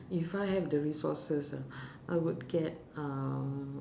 if I have the resources uh I would get um